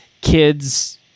kids